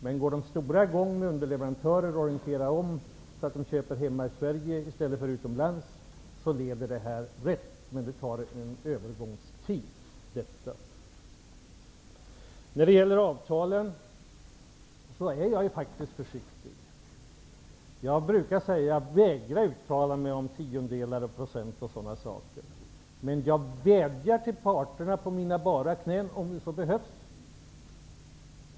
Men det leder rätt om de stora företagen orienterar om och köper från underleverantörer hemma i Sverige i stället. Men det blir en övergångsperiod. När det gäller avtalen är jag faktiskt försiktig. Jag brukar vägra att uttala mig om tiondelar, procent och sådana saker. Men jag vädjar till parterna på mina bara knän om det så behövs.